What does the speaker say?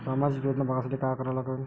सामाजिक योजना बघासाठी का करा लागन?